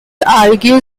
argue